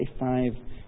25